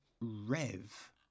Rev